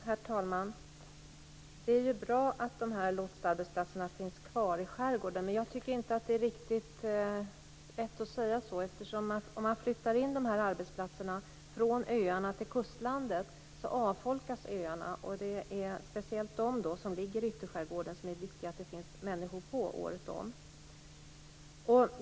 Herr talman! Det är bra att lotsarbetsplatserna finns kvar i skärgården, men jag tycker inte att det är riktigt rätt att säga så. Om man flyttar in arbetsplatserna från öarna till kustlandet avfolkas öarna, och det är speciellt på öar som ligger i ytterskärgården som det är viktigt att det finns människor året om.